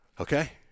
okay